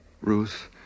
Ruth